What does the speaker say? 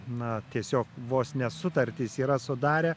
na tiesiog vos ne sutartis yra sudarę